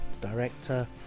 director